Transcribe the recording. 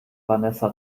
vanessa